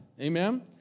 Amen